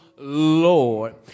Lord